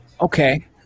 Okay